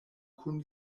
kun